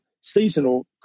seasonal